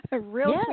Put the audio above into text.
Real